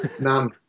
None